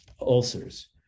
ulcers